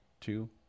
two